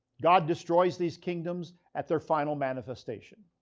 god destroys these kingdoms at their final manifestation.